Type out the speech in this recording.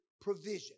provision